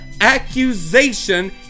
accusation